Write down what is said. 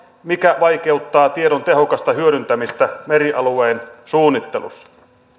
mikä vaikeuttaa tiedon tehokasta hyödyntämistä merialueen suunnittelussa